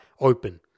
open